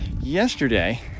yesterday